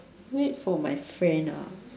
wait for my friend ah